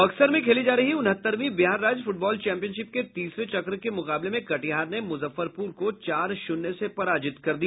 बक्सर में खेली जा रही उनहत्तरवीं बिहार राज्य फुटबॉल चैंपियनशिप के तीसरे चक्र के मुकाबले में कटिहार ने मुजफ्फरपुर को चार शून्य से पराजित कर दिया